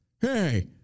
Hey